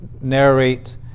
narrate